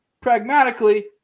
pragmatically